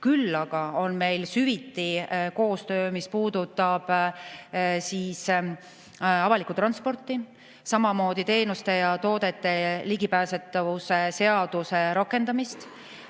Küll aga on meil süviti koostöö selles, mis puudutab avalikku transporti, samamoodi teenuste ja toodete ligipääsetavuse seaduse rakendamist